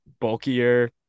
bulkier